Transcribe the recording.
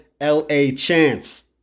L-A-Chance